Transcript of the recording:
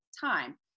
time